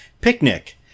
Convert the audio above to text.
picnic